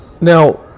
Now